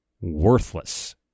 Worthless